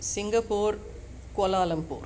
Singapore Kuala Lumpur